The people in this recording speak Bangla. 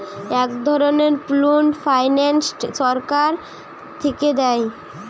এক ধরনের পুল্ড ফাইন্যান্স সরকার থিকে দেয়